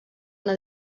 una